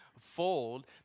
fold